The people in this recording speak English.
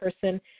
person